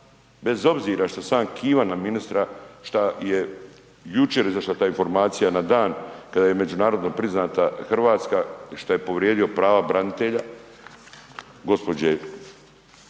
bez obzira što sam ja kivan na ministra šta je jučer izašla ta informacija na dan kada je međunarodno priznata Hrvatska šta je povrijedio prava branitelja, gospođe